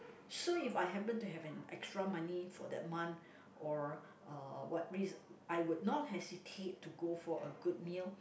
so if I happen to have an extra money for that month or uh what reason I would not hesitate to go for a good meal